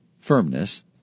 firmness